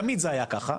תמיד זה היה ככה,